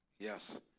Yes